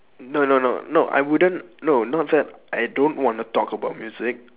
no no no no I wouldn't no not that I don't want to talk about music